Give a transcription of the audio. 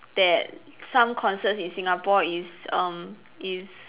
that some concerts in Singapore is um is